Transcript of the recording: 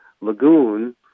lagoon